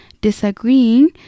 disagreeing